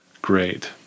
Great